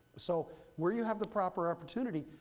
so where you have the proper opportunity,